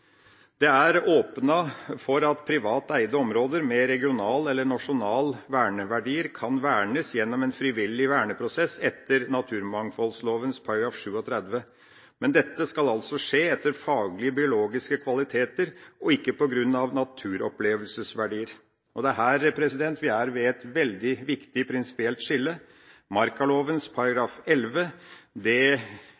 Det er åpnet for at privat eide områder med regional eller nasjonal verneverdi kan vernes gjennom en frivillig verneprosess, etter naturmangfoldloven § 37. Men dette skal skje etter faglige, biologiske kvaliteter, og ikke på grunn av naturopplevelsesverdier. Det er her vi er ved et veldig prinsipielt skille.